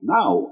now